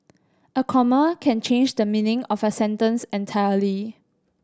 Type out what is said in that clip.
a comma can change the meaning of a sentence entirely